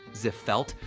zipf felt,